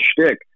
shtick